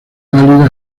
válida